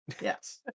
Yes